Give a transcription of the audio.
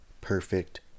perfect